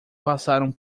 passaram